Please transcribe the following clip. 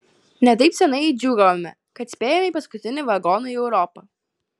ne taip senai džiūgavome kad spėjome į paskutinį vagoną į europą